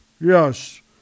Yes